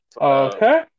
Okay